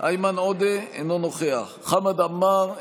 איימן עודה, אינו נוכח חמד עמאר,